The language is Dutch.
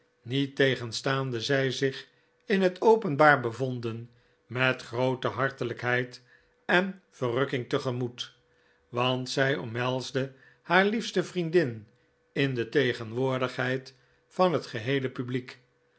niettegenstaande zij zich in het openbaar bevonden met groote hartelijkheid en verrukking tegemoet want zij omhelsde haar liefste vriendin in de tegenwoordigheid van het geheele publiek